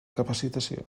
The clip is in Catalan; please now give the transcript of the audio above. capacitació